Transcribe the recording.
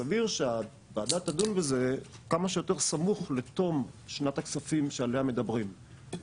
סביר שהוועדה תדון בזה כמה שיותר סמוך לתום שנת הכספים שעליה מדברים,